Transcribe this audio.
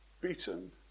beaten